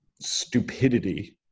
stupidity